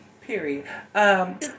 period